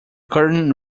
curtain